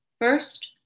First